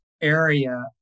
area